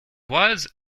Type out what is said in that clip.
was